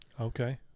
Okay